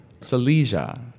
Silesia